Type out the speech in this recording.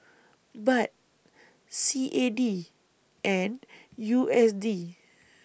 Baht C A D and U S D